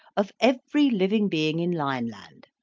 of every living being in lineland.